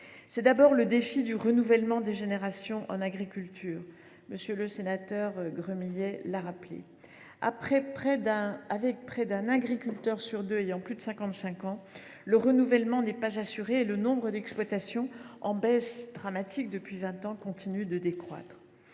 est celui du renouvellement des générations en agriculture, comme M. le sénateur Gremillet l’a rappelé. Avec près d’un agriculteur sur deux âgé de plus de 55 ans, le renouvellement n’est pas assuré et le nombre d’exploitations, qui baisse de façon dramatique depuis vingt ans, continue de décroître.